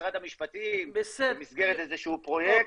משרד המשפטים, במסגרת איזה שהוא פרויקט